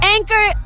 Anchor